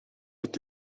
het